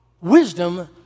Wisdom